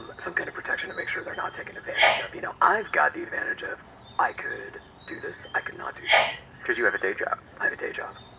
and some kind of protection to make sure they're not taken advantage of. you know, i've got the advantage of i could do this, i could not do this. you have a day job. i have a day job.